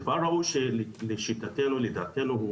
מפעל ראוי לשיטתנו, לדעתנו,